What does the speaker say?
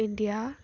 India